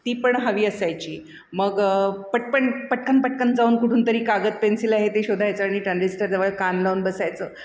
ती पण हवी असायची मग पटपण पटकन पटकन जाऊन कुठून तरी कागद पेन्सिल आहे ते शोधायचं आणि ट्रान्झिस्टरजवळ कान लावून बसायचं